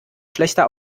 schlechter